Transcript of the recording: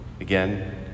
again